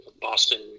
Boston